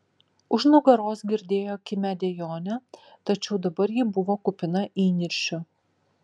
už nugaros girdėjo kimią dejonę tačiau dabar ji buvo kupina įniršio